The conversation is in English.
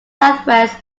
southwest